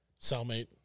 Cellmate